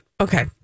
okay